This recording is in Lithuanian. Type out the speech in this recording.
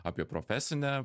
apie profesinę